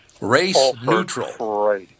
Race-neutral